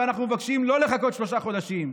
ואנחנו מבקשים לא לחכות שלושה חודשים,